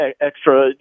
extra